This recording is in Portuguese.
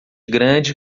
grande